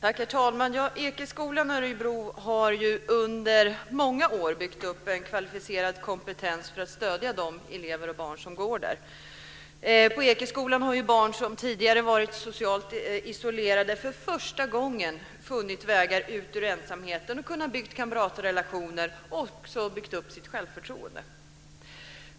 Herr talman! Ekeskolan i Örebro har under många år byggt upp en kvalificerad kompetens för att stödja de elever som går där. På Ekeskolan har barn som tidigare varit socialt isolerade för första gången funnit vägar ut ur ensamheten. De har kunnat bygga upp kamratrelationer och också sitt självförtroende.